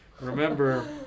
Remember